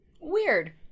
weird